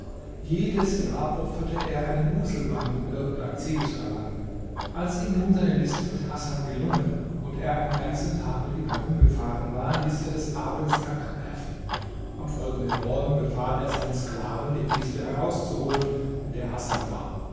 jedes jahr opferte er einen muselmann um irgend ein ziel zu erlangen als ihm nun seine list mit hasan gelungen und er einen ganzen tag mit ihm herumgefahren war ließ er des abends anker werfen am folgenden morgen befahl er seinen sklaven die kiste herauszuholen in der hasan war